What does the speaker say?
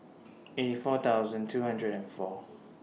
eighty four thousand two hundred and four